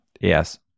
Yes